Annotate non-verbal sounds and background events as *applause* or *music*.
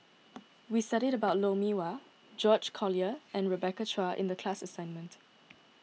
*noise* we studied about Lou Mee Wah George Collyer and Rebecca Chua in the class assignment